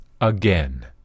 again